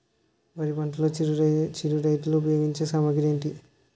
వరి పంటలో చిరు రైతులు ఉపయోగించే సామాగ్రి ఏంటి?